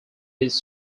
his